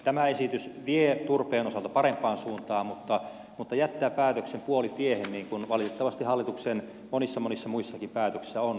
tämä esitys vie turpeen osalta parempaan suuntaan mutta jättää päätöksen puolitiehen niin kuin valitettavasti hallituksen monissa monissa muissakin päätöksissä on käynyt